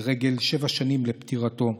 לרגל שבע שנים לפטירתו.